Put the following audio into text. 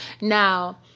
Now